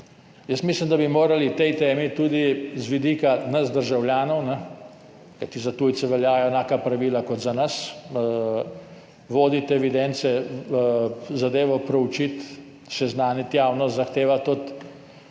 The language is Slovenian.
Jaz mislim, da bi morali glede te teme, tudi z vidika nas državljanov, kajti za tujce veljajo enaka pravila kot za nas, voditi evidence, zadevo proučiti, seznaniti javnost, zahtevati